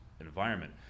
environment